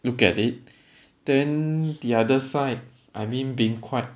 look at it then the other side I mean being quite